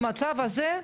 במצב הזה,